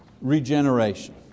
Regeneration